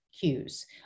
Cues